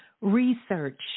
research